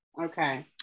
Okay